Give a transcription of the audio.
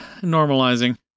normalizing